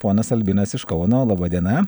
ponas albinas iš kauno laba diena